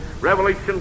Revelation